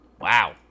Wow